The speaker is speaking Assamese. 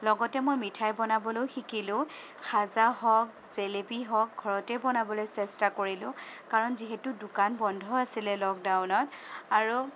লগতে মই মিঠাই বনাবলৈয়ো শিকিলোঁ খাজা হওঁক জেলেপি হওঁক ঘৰতে বনাবলৈ চেষ্টা কৰিলোঁ কাৰণ যিহেতু দোকান বন্ধ আছিলে লকডাউনত আৰু